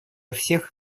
всех